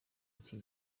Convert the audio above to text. iki